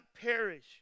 perish